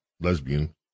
lesbian